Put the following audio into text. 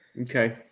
Okay